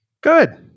Good